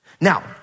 Now